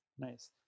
Nice